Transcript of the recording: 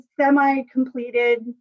semi-completed